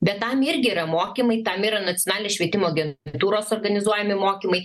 bet tam irgi yra mokymai tam yra nacionalinės švietimo agentūros organizuojami mokymai